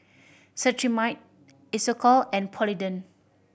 Cetrimide Isocal and Polident